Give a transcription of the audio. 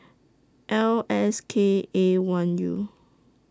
L S K A one U